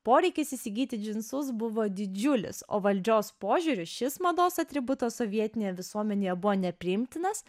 poreikis įsigyti džinsus buvo didžiulis o valdžios požiūriu šis mados atributas sovietinėje visuomenėje buvo nepriimtinas